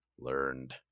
learned